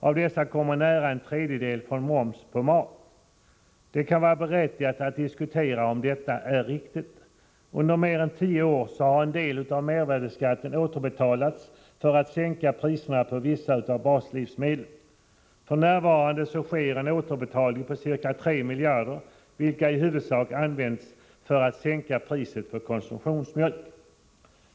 Av dessa kommer nära en tredjedel från moms på mat. Det kan vara berättigat att diskutera om detta är riktigt. Under mer än tio år har en del av mervärdeskatten återbetalats, för att sänka priserna på vissa av baslivsmedlen. F.n. sker en återbetalning på ca 3 miljarder, vilka i huvudsak använts för att sänka priset på konsumtionsmjölk.